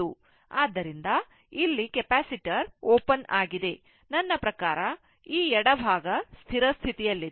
ಆದ್ದರಿಂದ ಇಲ್ಲಿ capacitor open ಆಗಿದೆ ನನ್ನ ಪ್ರಕಾರ ಈ ಎಡಭಾಗ ಸ್ಥಿರ ಸ್ಥಿತಿಯಲ್ಲಿದೆ